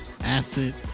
acid